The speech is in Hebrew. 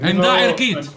עמדה ערכית.